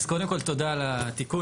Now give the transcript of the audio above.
אז קודם כל תודה על התיקון.